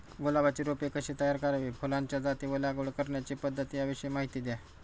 गुलाबाची रोपे कशी तयार करावी? फुलाच्या जाती व लागवड करण्याची पद्धत याविषयी माहिती द्या